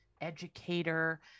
educator